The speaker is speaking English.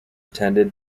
tended